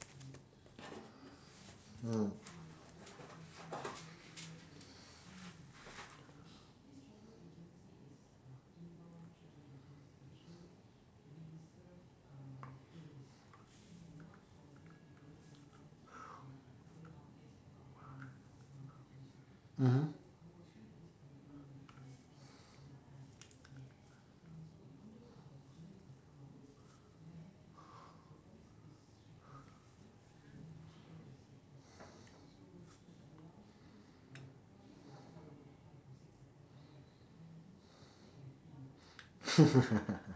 mm mmhmm